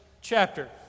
chapter